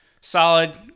solid